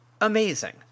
amazing